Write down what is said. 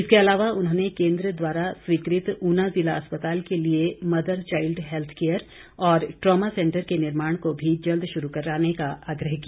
इसके अलावा उन्होंने केन्द्र द्वारा स्वीकृत ऊना ज़िला अस्पताल के लिए मदर चाईल्ड हैल्थ केयर और ट्रॉमा सैंटर के निर्माण को भी जल्द शुरू कराने का आग्रह किया